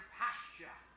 pasture